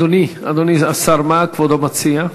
אדוני השר, מה כבודו מציע?